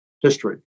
history